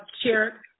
Chair